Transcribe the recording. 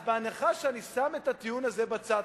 אז בהנחה שאני שם את הטיעון הזה בצד,